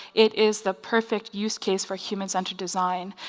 it is the perfect use case for human-centered design.